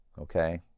okay